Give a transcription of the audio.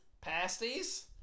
Pasties